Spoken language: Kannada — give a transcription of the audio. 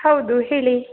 ಹೌದು ಹೇಳಿ